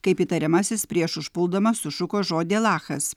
kaip įtariamasis prieš užpuldamas sušuko žodį alachas